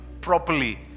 properly